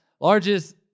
Largest